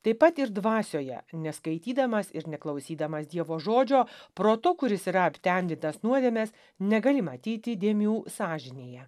taip pat ir dvasioje neskaitydamas ir neklausydamas dievo žodžio protu kuris yra aptemdytas nuodėmės negali matyti dėmių sąžinėje